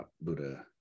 Buddha